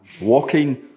walking